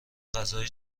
غذا